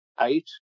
eight